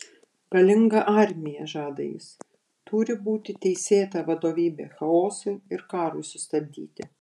galinga armija žada jis turi būti teisėta vadovybė chaosui ir karui sustabdyti